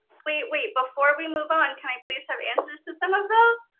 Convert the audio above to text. wait, wait, before we move on, can i please have answers to some of those,